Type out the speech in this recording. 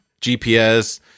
GPS